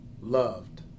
loved